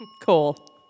Cool